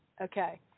Okay